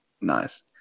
Nice